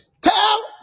Tell